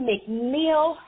McNeil